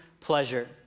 pleasure